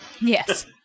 yes